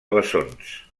bessons